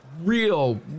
real